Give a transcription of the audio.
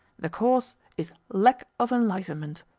the cause is lack of enlightenment,